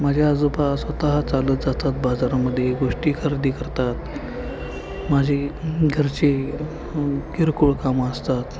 माझे आजोबा स्वतः चालत जातात बाजारामध्ये गोष्टी खरेदी करतात माझी घरची किरकोळ कामं असतात